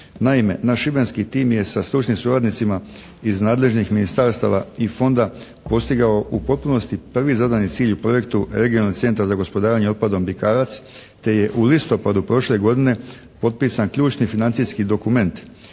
Naime naš šibenski tim je sa stručnim suradnicima iz nadležnih ministarstava i Fonda postigao u potpunosti prvi zadani cilj u projektu «Regionalni centar za gospodarenje otpadom Bikarac» te je u listopadu prošle godine potpisan ključni financijski dokument,